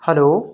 hello